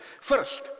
First